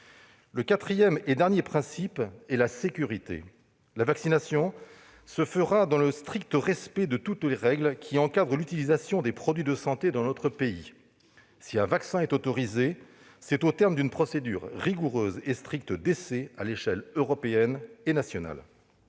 Le quatrième et dernier principe est la sécurité : la vaccination se fera dans le strict respect de toutes les règles qui encadrent l'utilisation des produits de santé dans notre pays. Si un vaccin est autorisé, c'est au terme d'une procédure rigoureuse et stricte d'essais aux échelles européenne et nationale.